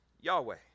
Yahweh